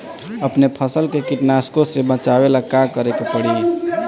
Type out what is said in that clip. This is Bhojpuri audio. अपने फसल के कीटनाशको से बचावेला का करे परी?